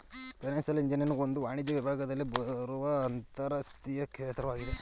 financial engineering ಒಂದು ವಾಣಿಜ್ಯ ವಿಭಾಗದಲ್ಲಿ ಬರುವ ಅಂತರಶಿಸ್ತೀಯ ಕ್ಷೇತ್ರವಾಗಿದೆ